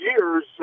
years